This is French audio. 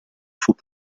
faut